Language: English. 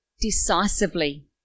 decisively